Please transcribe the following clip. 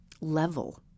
level